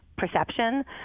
Perception